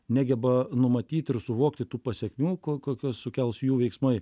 negeba numatyti ir suvokti tų pasekmių kokias sukels jų veiksmai